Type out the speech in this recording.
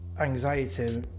anxiety